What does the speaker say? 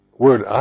Word